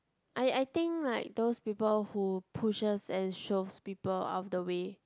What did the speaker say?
I I think like those people who pushes and shoves people out of the way